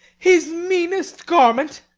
his mean'st garment!